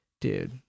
Dude